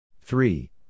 Three